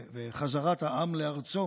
חזרת העם לארצו